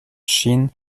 ŝin